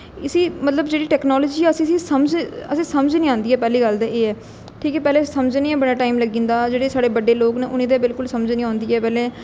इसी मतलब जेह्ड़ी टैक्नालिजी अस अस इसी समझ नेईं आंदी पहली गल्ल ते ऐ ठीक ऐ पैह्लें समझने च गै बड़ा टाइम लग्गी जंदा जेह्ड़े साढ़े बड्डे लोक न उ'नेंगी ते बिल्कुल गै समझ नेईं औंदी ऐ पैह्लें